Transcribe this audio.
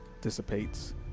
dissipates